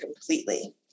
completely